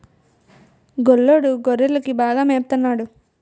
గొల్లోడు గొర్రెకిలని బాగా మేపత న్నాడు